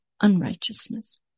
unrighteousness